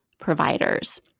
providers